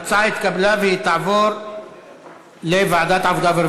ההצעה להעביר את הצעת חוק זכויות הדייר בדיור הציבורי (תיקון,